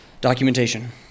Documentation